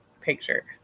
picture